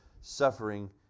suffering